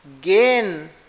gain